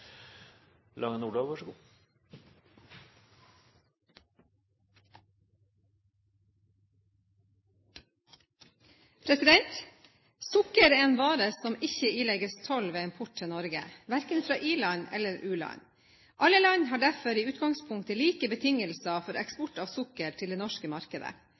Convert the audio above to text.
sine sårbare område. Så dette er ikkje ein opplagt frihandelsargumentasjon, men ein blandingsargumentasjon. Sukker er en vare som ikke ilegges toll ved import til Norge, verken fra i-land eller u-land. Alle land har derfor i utgangspunktet like betingelser for eksport av sukker til det norske